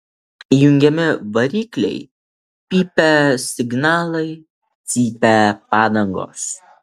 įjungiami varikliai pypia signalai cypia padangos